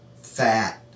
fat